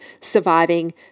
surviving